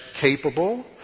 capable